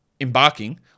embarking